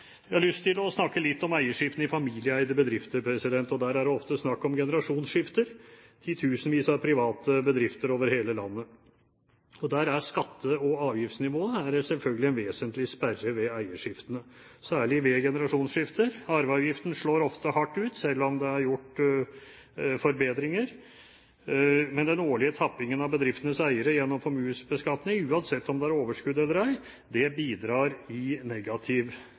Jeg har lyst til å snakke litt om eierskiftene i familieeide bedrifter, og der er det ofte snakk om generasjonsskifter i tusenvis av private bedrifter over hele landet. Der er skatte- og avgiftsnivået en vesentlig sperre ved eierskiftene, særlig ved generasjonsskifter. Arveavgiften slår ofte hardt ut, selv om det er gjort forbedringer. Men den årlige tappingen av bedriftenes eiere gjennom formuesbeskatning, uansett om det er overskudd eller ei, bidrar i negativ